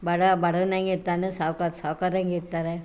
ಬಡವ ಬಡವನಾಗೇ ಇರ್ತಾನೆ ಸಾವ್ಕಾರ ಸಾವ್ಕಾರಂಗೆ ಇರ್ತಾರೆ